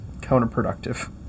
counterproductive